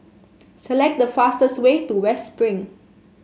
select the fastest way to West Spring